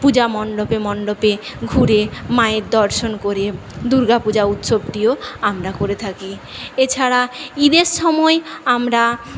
পূজা মণ্ডপে মণ্ডপে ঘুরে মায়ের দর্শন করে দূর্গা পূজা উৎসবটিও আমরা করে থাকি এছাড়া ঈদের সময় আমরা